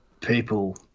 people